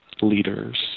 leaders